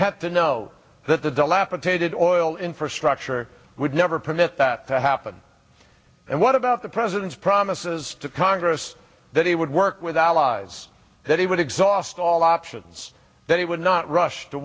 had to know that the dilapidated oil infrastructure would never permit that to happen and what about the president's promises to congress that he would work with allies that he would exhaust all options that he would not rush to